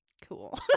Cool